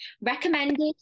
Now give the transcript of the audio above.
recommended